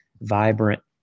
vibrant